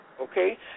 Okay